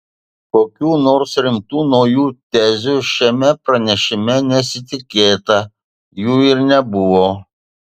kokių nors rimtų naujų tezių šiame pranešime nesitikėta jų ir nebuvo